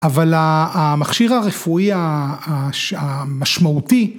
אבל המכשיר הרפואי המשמעותי.